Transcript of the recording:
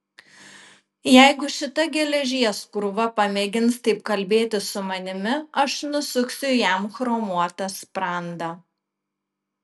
jeigu šita geležies krūva pamėgins taip kalbėti su manimi aš nusuksiu jam chromuotą sprandą